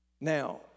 Now